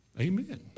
Amen